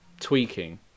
tweaking